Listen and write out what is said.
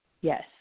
Yes